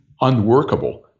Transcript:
unworkable